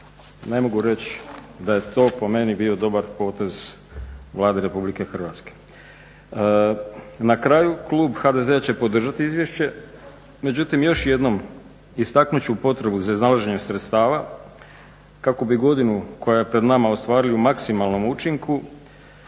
ne mogu reć da je to po meni bio dobar potez Vlade RH. Na kraju Klub HDZ-a će podržati izvješće, međutim još jednom istaknut ću potrebu za iznalaženje sredstava kako bi godinu koja je pred nama ostvarili u maksimalnom učinku